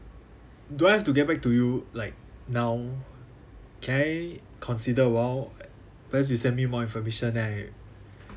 do I have to get back to you like now can I consider a while like perhaps you send me more information then I